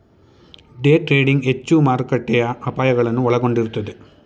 day trading ಹೆಚ್ಚು ಮಾರುಕಟ್ಟೆಯ ಅಪಾಯಗಳನ್ನು ಒಳಗೊಂಡಿರುತ್ತದೆ